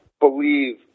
believe